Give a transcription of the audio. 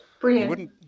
Brilliant